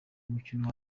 umukino